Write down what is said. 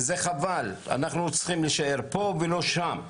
זה חבל, אנחנו צריכים להישאר פה ולא שם.